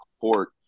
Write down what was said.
court